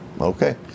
Okay